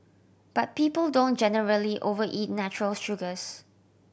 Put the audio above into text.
but people don't generally overeat natural sugars